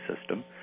system